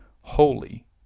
holy